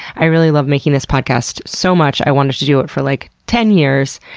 i really love making this podcast so much. i wanted to do it for like, ten years.